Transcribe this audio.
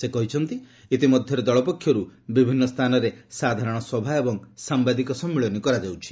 ସେ କହିଛନ୍ତି ଇତିମଧ୍ୟରେ ଦଳ ପକ୍ଷରୁ ବିଭିନ୍ନ ସ୍ଥାନରେ ସାଧାରଣ ସଭା ଏବଂ ସାମ୍ବାଦିକ ସମ୍ମିଳନୀ କରାଯାଉଛି